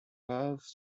have